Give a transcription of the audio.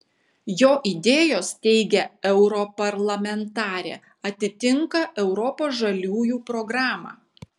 jo idėjos teigia europarlamentarė atitinka europos žaliųjų programą